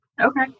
Okay